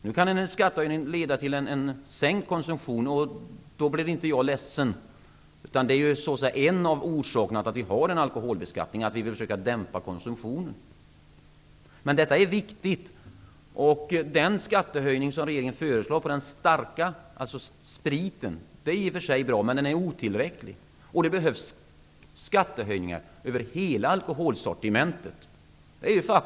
Nu kan en skattehöjning leda till sänkt konsumtion, och då blir inte jag ledsen -- en av orsakerna till att alkoholbeskattningen finns är att vi vill dämpa konsumtionen. Detta är viktigt. Den skattehöjning på spriten som regeringen föreslår är bra, men den är otillräcklig. Det behövs skattehöjningar över hela alkoholsortimentet.